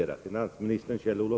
10.30.